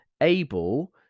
able